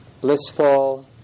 blissful